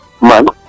Man